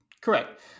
Correct